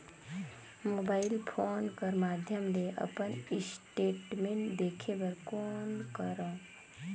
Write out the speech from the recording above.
Mobile phone कर माध्यम ले अपन स्टेटमेंट देखे बर कौन करों?